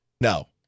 No